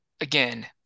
again